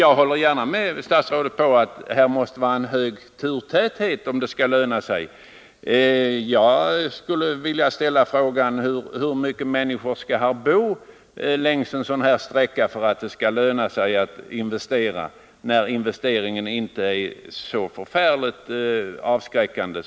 Jag håller gärna med statsrådet om att det måste vara hög turtäthet för att upprustningen skall löna sig. Jag skulle vilja ställa frågan: Hur mycket människor måste det bo längs med den här sträckan för att det skall löna sig att investera? Investeringen är ändå inte så förfärligt avskräckande.